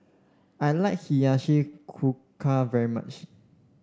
I like Hiyashi Chuka very much